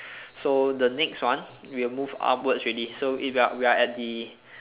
so the next one we will move upwards already so we are we are at the